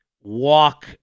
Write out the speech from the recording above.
walk